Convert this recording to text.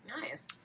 Nice